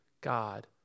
God